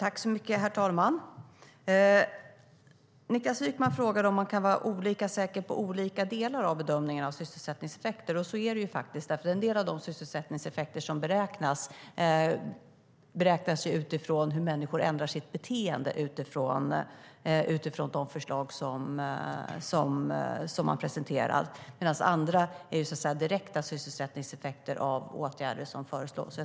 Herr talman! Niklas Wykman frågade om man kan vara olika säker på olika delar av bedömningarna av sysselsättningseffekter. Så är det faktiskt, för en del av sysselsättningseffekterna beräknas utifrån hur människor ändrar sitt beteende på grund av de förslag som man presenterar, medan andra är direkta sysselsättningseffekter av åtgärder som föreslås.